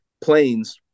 planes